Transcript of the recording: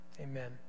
amen